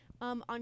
on